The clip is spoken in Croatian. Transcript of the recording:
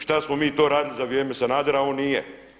Šta smo mi to radili za vrijeme Sanadera on nije?